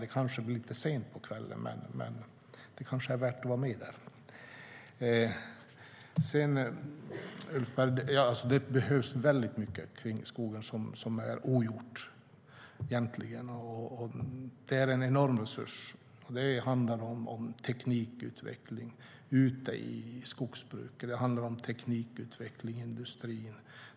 Det kanske blir sent på kvällen, men det kan vara värt att vara med. Till Ulf Berg vill jag säga att det är mycket i skogen som är ogjort, för skogen är en enorm resurs. Det handlar om teknikutveckling i skogsbruket och om teknikutveckling i industrin.